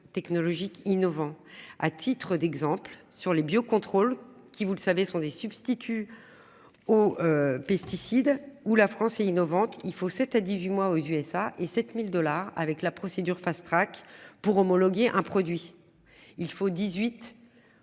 technologiques innovants. À titre d'exemple, sur les bio-contrôle qui vous le savez, sont des substituts. Aux. Pesticides ou la France et innovante. Il faut, c'est à 18 mois aux USA et 7000 dollars avec la procédure Fast Track pour homologuer un produit il faut 18. Voire